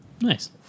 Nice